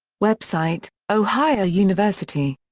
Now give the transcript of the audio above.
website ohio university.